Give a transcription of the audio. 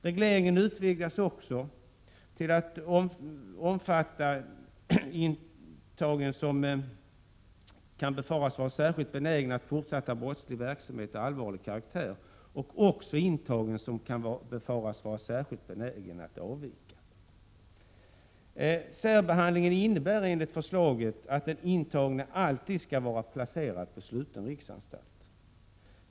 Regleringen utvidgas också till att omfatta intagen som kan befaras vara "särskilt benägen att fortsätta brottslig verksamhet av allvarlig karaktär och också intagen som kan befaras vara särskilt benägen att avvika. Särbehandlingen innebär att den intagne alltid skall vara placerad i sluten riksanstalt.